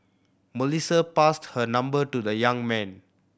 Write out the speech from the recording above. Melissa passed her number to the young man